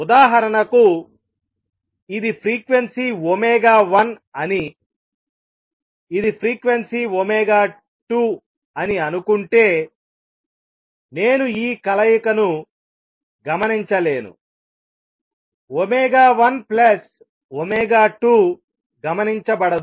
ఉదాహరణకు ఇది ఫ్రీక్వెన్సీ 1 అని ఇది ఫ్రీక్వెన్సీ 2 అని అనుకుంటే నేను ఈ కలయికను గమనించలేను 1 2 గమనించబడదు